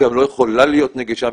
גם לא יכולה להיות נגישה,